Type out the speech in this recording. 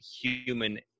human